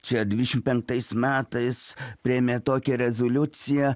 čia devyniasdešim penktais metais priėmė tokią rezoliuciją